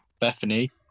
Bethany